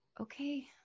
okay